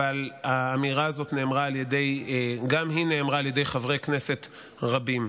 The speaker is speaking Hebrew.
אבל האמירה הזאת גם היא נאמרה על ידי חברי כנסת רבים.